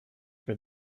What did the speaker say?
for